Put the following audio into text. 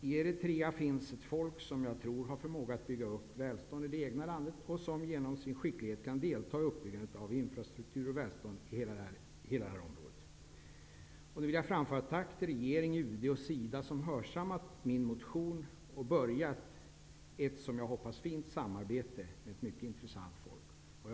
I Eritrea finns ett folk som jag tror har förmåga att bygga upp välstånd i det egna landet och som genom sin skicklighet kan delta i uppbyggandet av infrastruktur och välstånd i hela det här området. Nu vill jag framföra ett tack till regeringen, UD och Sida, som hörsammat min motion och börjat ett, som jag hoppas, fint samarbete med ett mycket intressant folk.